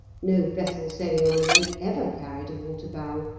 no vessel sailing on the lake ever carried a water-barrel,